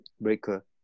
breaker